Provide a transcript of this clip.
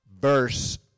verse